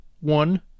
one